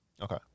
Okay